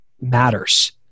matters